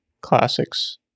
classics